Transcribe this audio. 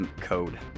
code